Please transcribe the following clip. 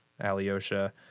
Alyosha